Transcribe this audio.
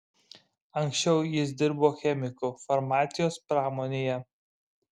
anksčiau jis dirbo chemiku farmacijos pramonėje